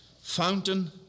fountain